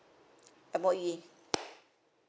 M_O_E